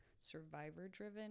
survivor-driven